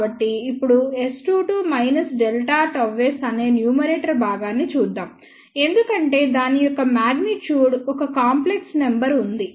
కాబట్టి ఇప్పుడు S22 Δ Γsఅనే న్యూమరేటర్ భాగాన్ని చూద్దాం ఎందుకంటే దాని యొక్క మ్యాగ్నిట్సూడ్ ఒక కాంప్లెక్స్ నంబర్ ఉంది